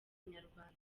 inyarwanda